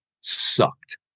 sucked